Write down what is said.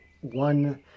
one